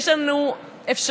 יש לנו אפשרות,